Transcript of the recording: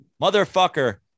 Motherfucker